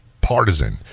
partisan